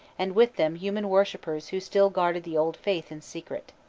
and with them human worshippers who still guarded the old faith in secret.